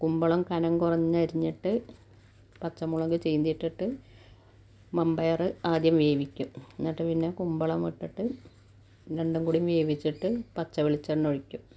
കുമ്പളം കനം കുറഞ്ഞരിഞ്ഞിട്ട് പച്ചമുളക് ചീന്തി ഇട്ടിട്ട് വൻപയർ ആദ്യം വേവിക്കും എന്നിട്ട് പിന്നെ കുമ്പളം ഇട്ടിട്ട് രണ്ടും കൂടി വേവിച്ചിട്ട് പച്ചവെളിച്ചെണ്ണയൊഴിക്കും